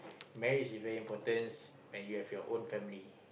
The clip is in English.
marriage is very importance and you have your own family